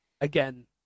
again